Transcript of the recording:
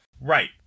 Right